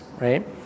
right